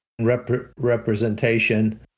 representation